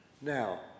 Now